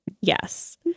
Yes